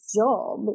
job